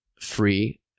free